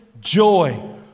joy